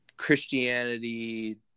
Christianity